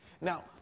Now